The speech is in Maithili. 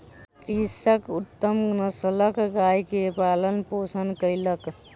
कृषक उत्तम नस्लक गाय के पालन पोषण कयलक